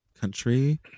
country